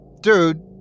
Dude